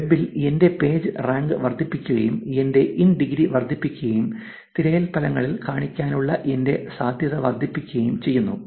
വെബിൽ എന്റെ page rank വർദ്ധിപ്പിക്കുകയും എന്റെ ഇൻ ഡിഗ്രി വർദ്ധിപ്പിക്കുകയും തിരയൽ ഫലങ്ങളിൽ കാണിക്കാനുള്ള എന്റെ സാധ്യത വർദ്ധിപ്പിക്കുകയും ചെയ്യുന്നു